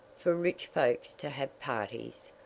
for rich folks to have parties,